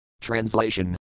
Translation